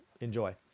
enjoy